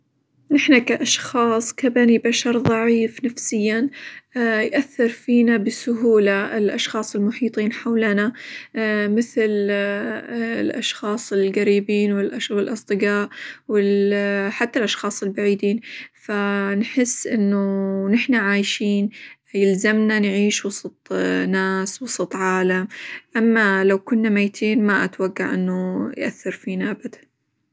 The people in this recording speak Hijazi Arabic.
نحنا كأشخاص كبني بشر ظعيف نفسيًا، يؤثر فينا بسهولة الأشخاص المحيطين حولنا مثل: الأشخاص القريبين، -والأش- والأصدقاء، -وال- حتى الأشخاص البعيدين ف نحس إنه نحنا عايشين، يلزمنا نعيش وسط ناس، وسط عالم، أما لو كنا ميتين ما أتوقع إنه يؤثر فينا أبدًا.